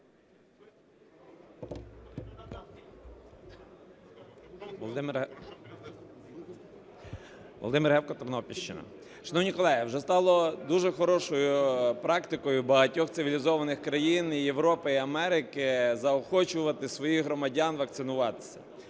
Володимир Гевко, Тернопільщина. Шановні колеги, вже стало дуже хорошою практикою багатьох цивілізованих країн і Європи, і Америки заохочувати своїх громадян вакцинуватися,